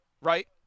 right